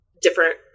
different